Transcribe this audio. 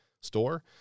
store